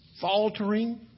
faltering